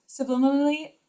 subliminally